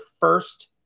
first